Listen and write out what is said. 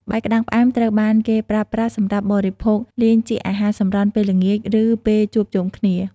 បាយក្ដាំងផ្អែមត្រូវបានគេប្រើប្រាស់សម្រាប់បរិភោគលេងជាអាហារសម្រន់ពេលល្ងាច ឬពេលជួបជុំគ្នា។